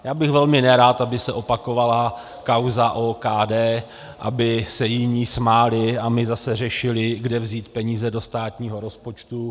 Já bych velmi nerad, aby se opakovala kauza OKD, aby se jiní smáli a my zase řešili, kde vzít peníze do státního rozpočtu.